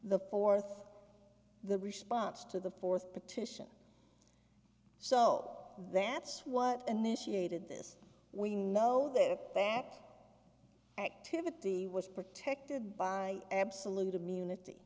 the fourth the response to the fourth petition so that's what initiated this we know that back activity was protected by absolute immunity